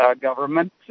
government